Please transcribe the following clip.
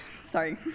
Sorry